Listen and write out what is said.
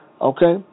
Okay